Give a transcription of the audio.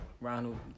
Ronald